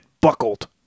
buckled